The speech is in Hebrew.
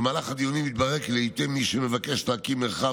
במהלך הדיונים התברר כי לעיתים מי שמבקש להקים מרחב